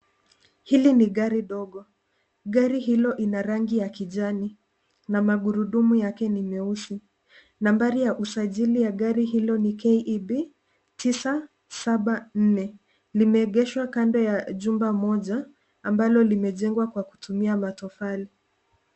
Hili ni gari dogo. Gari hilo lina rangi ya kijani na magurudumu yake ni meusi. Nambari ya usajili ya gari hilo ni KEB 974. Limeegeshwa kando ya jumba moja ambalo limejengwa kwa kutumia matofali.